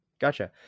Gotcha